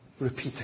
repeating